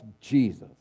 Jesus